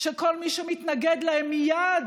שכל מי שמתנגד להם מייד